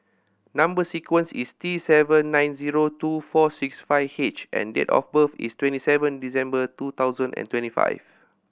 number sequence is T seven nine zero two four six five H and date of birth is twenty seven December two thousand and twenty five